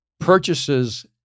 purchases